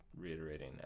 reiterating